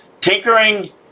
Tinkering